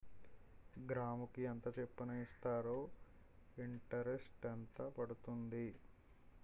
గ్రాముకి ఎంత చప్పున ఇస్తారు? ఇంటరెస్ట్ ఎంత పడుతుంది?